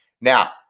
Now